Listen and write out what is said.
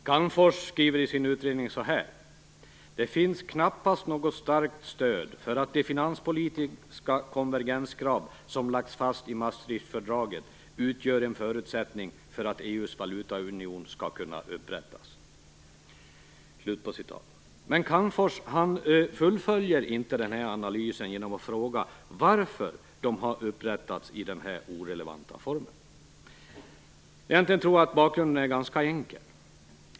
Calmfors skriver i sin utredning: Det finns knappast något starkt stöd för att de finanspolitiska konvergenskrav som lagts fast i Maastrichtfördraget utgör en förutsättning för att EU:s valutaunion skall kunna upprättas. Men Calmfors fullföljer inte analysen genom att fråga varför de har upprättats i den här irrelevanta formen. Jag tror att bakgrunden är ganska enkel.